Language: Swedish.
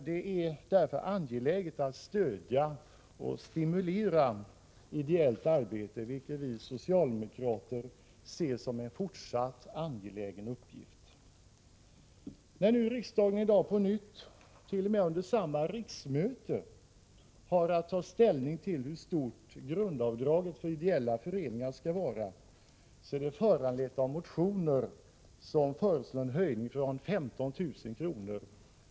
Det är därför angeläget att stödja och stimulera ideellt arbete, vilket vi socialdemokrater ser som en fortsatt angelägen uppgift. När riksdagen nu i dag på nytt —t.o.m. under samma riksmöte — har att ta ställning till hur stort grundavdraget för ideella föreningar skall vara, är det föranlett av motioner som föreslår en höjning från nuvarande 15 000 kr.